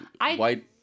white